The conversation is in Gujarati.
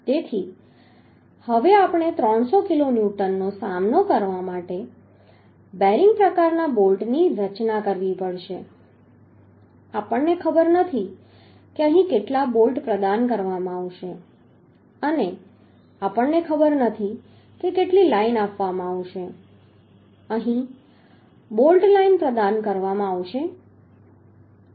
તેથી હવે આપણે આ 300 કિલોન્યુટનનો સામનો કરવા માટે બેરિંગ પ્રકારના બોલ્ટની રચના કરવી પડશે આપણને ખબર નથી કે અહીં કેટલા બોલ્ટ પ્રદાન કરવામાં આવશે અને આપણને ખબર નથી કે કેટલી લાઇન આપવામાં આવશે અહીં બોલ્ટ લાઇન પ્રદાન કરવામાં આવશે